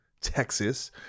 Texas